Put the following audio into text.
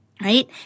Right